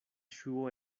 ŝuo